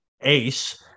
ace